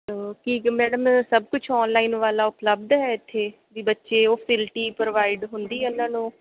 ਠੀਕ ਹੈ ਮੈਡਮ ਸਭ ਕੁਛ ਔਨਲਾਈਨ ਵਾਲਾ ਉਪਲੱਬਧ ਹੈ ਇੱਥੇ ਵੀ ਬੱਚੇ ਉਹ ਫਿਲਟੀ ਪ੍ਰੋਵਾਈਡ ਹੁੰਦੀ ਉਹਨਾਂ ਨੂੰ